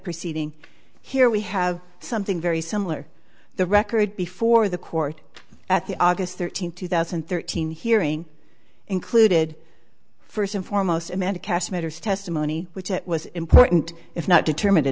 proceeding here we have something very similar the record before the court at the august thirteenth two thousand and thirteen hearing included first and foremost a man to cast matters testimony which it was important if not determin